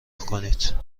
کنید